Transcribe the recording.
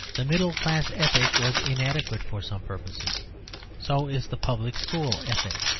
the middle-class ethic was inadequate for some purposes so is the public-school ethic,